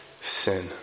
sin